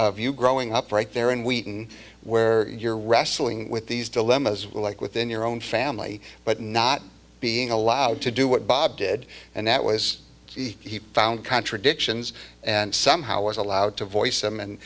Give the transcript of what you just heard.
of you growing up right there and we can where you're wrestling with these dilemmas like within your own family but not being allowed to do what bob did and that was he found contradictions and somehow was allowed to voice them and